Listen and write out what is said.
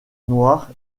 noir